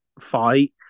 fight